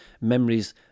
memories